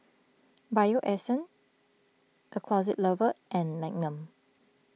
Bio Essence the Closet Lover and Magnum